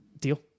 Deal